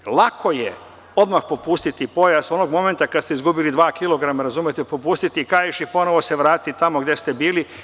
Lako je odmah popustiti pojas onog momenta kada ste izgubili dva kilograma popustiti kaiš i ponovo se vratiti tamo gde ste bili.